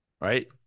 Right